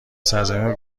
سرزمین